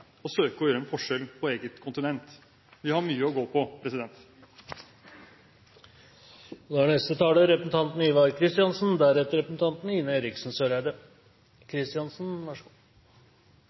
og søke å gjøre en forskjell på eget kontinent. Vi har mye å gå på. Det er